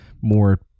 more